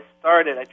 started